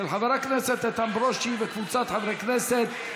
של חבר הכנסת איתן ברושי וקבוצת חברי הכנסת.